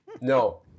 no